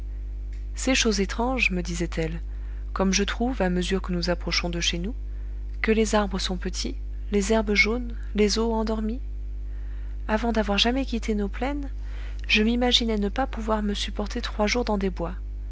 c'est chose étrange me disait-elle comme je trouve à mesure que nous approchons de chez nous que les arbres sont petits les herbes jaunes les eaux endormies avant d'avoir jamais quitté nos plaines je m'imaginais ne pas pouvoir me supporter trois jours dans des bois